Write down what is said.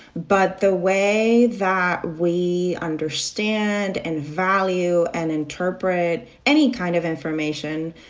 but the way that we understand and value and interpret any kind of information,